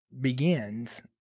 begins